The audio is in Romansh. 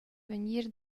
vegnir